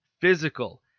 physical